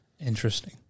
Interesting